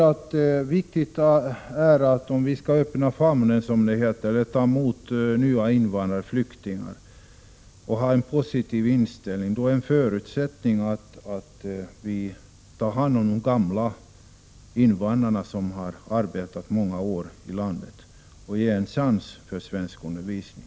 Om vi — som det heter — skall öppna famnen och ta emot nya invandrare resp. flyktingar och om vi skall ha en positiv inställning i detta sammanhang, förutsätter det att vi också tar hand om de gamla invandrare som har varit många år i det här landet och att vi ger dem en chans att få svenskundervisning.